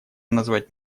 назвать